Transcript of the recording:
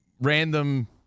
random